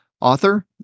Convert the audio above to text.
author